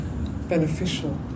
beneficial